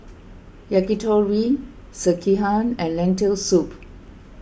Yakitori Sekihan and Lentil Soup